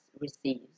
receives